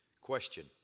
Question